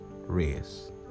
race